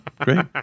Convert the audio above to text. great